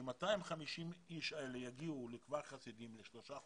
ש-250 אנשים אלה יגיעו לכפר חסידים לשלושה חודשים,